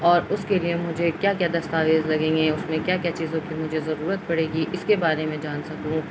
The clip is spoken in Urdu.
اور اس کے لیے مجھے کیا کیا دستاویز لگیں گے اس میں کیا کیا چیزوں کی مجھے ضرورت پڑے گی اس کے بارے میں جان سکوں